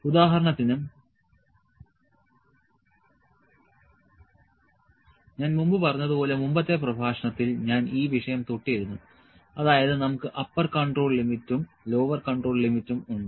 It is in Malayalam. ഉദാഹരണത്തിന് ഞാൻ മുമ്പ് പറഞ്ഞത് പോലെ മുമ്പത്തെ പ്രഭാഷണത്തിൽ ഞാൻ ഈ വിഷയം തൊട്ടിരുന്നു അതായത് നമുക്ക് അപ്പർ കൺട്രോൾ ലിമിറ്റും ലോവർ കൺട്രോൾ ലിമിറ്റും ഉണ്ട്